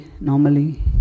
normally